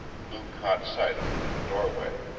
lou caught sight of him in the doorway.